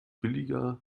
billiger